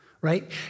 right